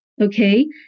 okay